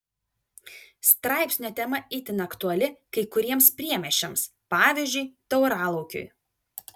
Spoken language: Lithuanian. straipsnio tema itin aktuali kai kuriems priemiesčiams pavyzdžiui tauralaukiui